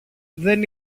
δεν